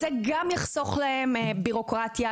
זה גם יחסוך להם בירוקרטיה,